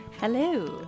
Hello